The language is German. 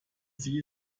sie